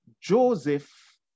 Joseph